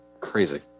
crazy